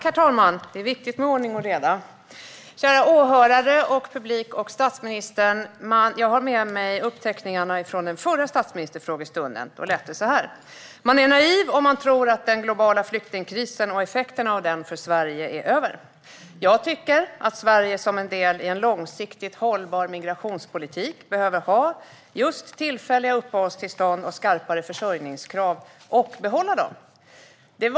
Herr talman! Kära åhörare, publik och statsministern! Jag har med mig uppteckningarna från den förra frågestunden med statsministern. Då lät det så här: "Man är naiv om man tror att den globala flyktingkrisen och effekterna av den för Sverige är över. Jag tycker att Sverige som en del i en långsiktigt hållbar migrationspolitik behöver ha just tillfälliga uppehållstillstånd och skarpare försörjningskrav och behålla dem."